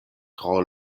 tro